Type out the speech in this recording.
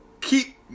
keep